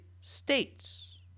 States